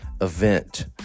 event